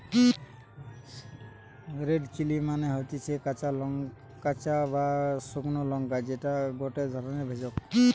red chilli মানে হতিছে কাঁচা বা শুকলো লঙ্কা যেটা গটে ধরণের ভেষজ